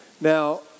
Now